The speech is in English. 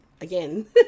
again